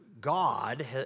God